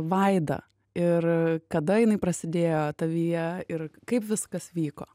vaida ir kada jinai prasidėjo tavyje ir kaip viskas vyko